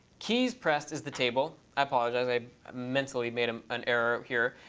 keys pressed is the table. i apologize. i mentally made um an error here.